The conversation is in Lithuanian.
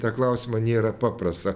tą klausimą nėra paprasta